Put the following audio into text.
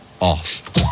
off